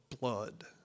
blood